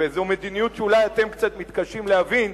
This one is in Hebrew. וזו מדיניות שאולי אתם קצת מתקשים להבין,